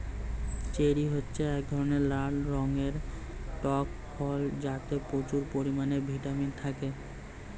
cherry হচ্ছে এক ধরনের লাল রঙের টক ফল যাতে প্রচুর পরিমাণে ভিটামিন থাকে